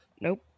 Nope